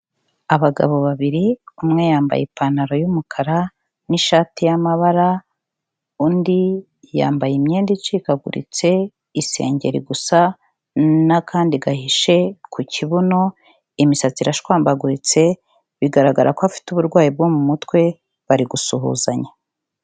Abagabo babiri, umwe yambaye ipantaro y'umukara n'ishati y'amabara, undi yambaye imyenda icikaguritse, isengeri gusa n'akandi gahishe ku kibuno, imisatsi irashwambaguritse, bigaragara ko afite uburwayi bwo mu mutwe, bari gusuhuzanya.